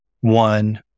one